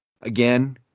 Again